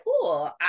cool